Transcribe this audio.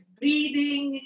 breathing